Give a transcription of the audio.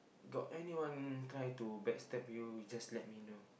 got anyone try to back stab you you just let me know